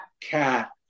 Cat